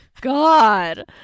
God